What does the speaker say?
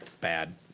bad